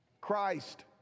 Christ